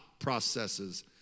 processes